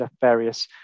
various